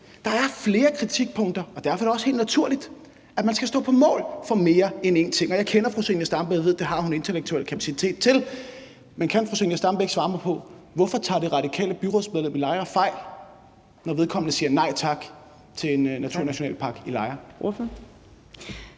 Der er flere kritikpunkter, og derfor er det også helt naturligt, at man skal stå på mål for mere end en ting. Og jeg kender fru Zenia Stampe og ved, at det har hun intellektuel kapacitet til. Men kan fru Zenia Stampe ikke svare mig på: Hvorfor tager det radikale byrådsmedlem i Lejre Kommune fejl, når vedkommende siger nej tak til en naturnationalpark i Lejre?